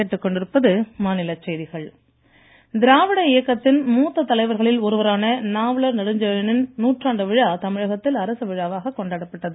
நெடுஞ்செழியன் திராவிட இயக்கத்தின் மூத்த தலைவர்களில் ஒருவரான நாவலர் நெடுஞ்செழியனின் நூற்றாண்டு விழா தமிழகத்தில் அரசு விழாவாக கொண்டாடப்பட்டது